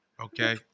okay